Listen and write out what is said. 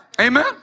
Amen